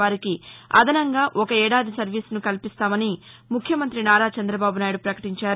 వారికి అదనంగా ఒక ఏడాది సర్వీస్ను కల్పిస్తామని ముఖ్యమంతి నారా చందబాబు నాయుడు పకటించారు